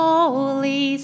Holy